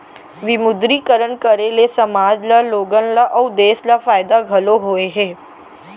विमुद्रीकरन करे ले समाज ल लोगन ल अउ देस ल फायदा घलौ होय हे